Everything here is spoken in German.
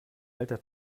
alter